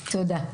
תודה.